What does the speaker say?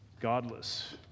godless